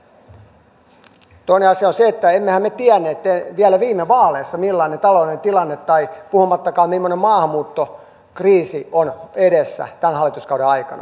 toinen asia on se että emmehän me tienneet vielä viime vaaleissa millainen talouden tilanne tai puhumattakaan mimmoinen maahanmuuttokriisi on edessä tämän hallituskauden aikana